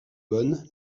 bonne